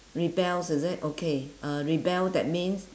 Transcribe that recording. rebel is it okay uh rebel that means